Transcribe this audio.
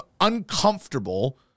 uncomfortable